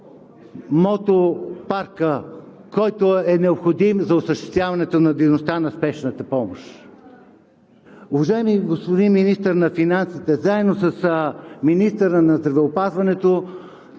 мотопарка, който е необходим за осъществяването на дейността на Спешната помощ?! Уважаеми господин Министър на финансите, заедно с министъра на здравеопазването